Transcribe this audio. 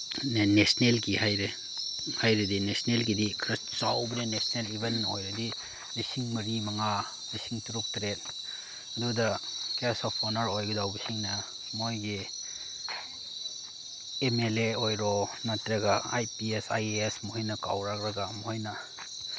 ꯅꯦꯁꯅꯦꯜꯒꯤ ꯍꯥꯏꯔꯦ ꯍꯥꯏꯔꯗꯤ ꯅꯦꯁꯅꯦꯜꯒꯤꯗꯤ ꯈꯔ ꯆꯥꯎꯕꯅꯦ ꯅꯦꯁꯅꯦꯜ ꯏꯚꯦꯟ ꯑꯣꯏꯔꯗꯤ ꯂꯤꯁꯤꯡ ꯃꯔꯤ ꯃꯉꯥ ꯂꯤꯁꯤꯡ ꯇꯔꯨꯛ ꯇꯔꯦꯠ ꯑꯗꯨꯗ ꯒꯦꯁ ꯑꯣꯐ ꯑꯣꯅꯔ ꯑꯣꯏꯒꯗꯧꯕꯁꯤꯡꯅ ꯃꯣꯏꯒꯤ ꯑꯦꯝ ꯑꯦꯜ ꯑꯦ ꯑꯣꯏꯔꯣ ꯅꯠꯇ꯭ꯔꯒ I P S I A S ꯃꯣꯏꯅ ꯀꯧꯔꯛꯂꯒ ꯃꯣꯏꯅ